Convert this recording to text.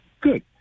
Good